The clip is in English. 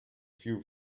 few